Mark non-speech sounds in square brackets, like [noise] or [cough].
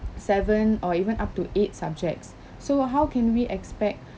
seven or even up to eight subjects [breath] so how can we expect